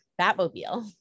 Batmobile